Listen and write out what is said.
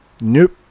Nope